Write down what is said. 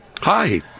Hi